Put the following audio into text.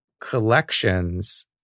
collections